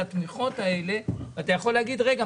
התמיכות האלה ואתה יכול להגיד: רגע,